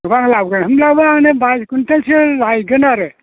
ओमफ्राय आं लाबगोन होनब्लाबो आंनो बायस कुविन्टेलसो लायगोन आरो